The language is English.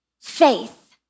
faith